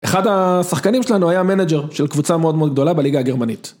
אחד השחקנים שלנו היה מנג'ר של קבוצה מאוד מאוד גדולה בליגה הגרמנית.